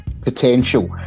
potential